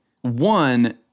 one